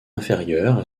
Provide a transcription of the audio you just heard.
inférieure